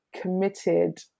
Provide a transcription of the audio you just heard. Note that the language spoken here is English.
committed